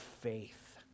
faith